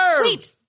wait